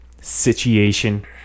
situation